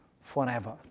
forever